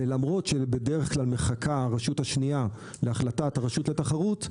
למרות שבדרך כלל הרשות השנייה מחכה להחלטת רשות התחרות,